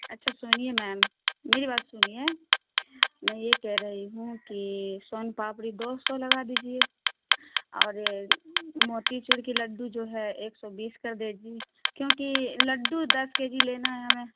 اچھا سنیے میم میری بات سنیے میں یہ کہہ رہی ہوں کہ سون پاپڑی دو سو لگا دیجیے اور موتی چور کے لڈو جو ہے ایک سو بیس کر دیجیے کیونکہ لڈو دس کے جی لینا ہے ہمیں